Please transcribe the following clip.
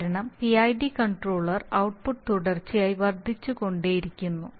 കാരണം PID controller output തുടർച്ചയായി വർദ്ധിച്ചുകൊണ്ടിരിക്കുന്നു